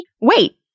Wait